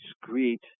discrete